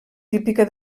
típica